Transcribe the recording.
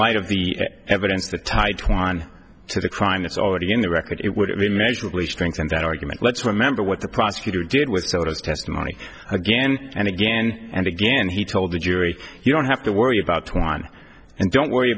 light of the evidence to tie twan to the crime that's already in the record it wouldn't mean measurably strengthened that argument let's remember what the prosecutor did with sort of testimony again and again and again he told the jury you don't have to worry about twine and don't worry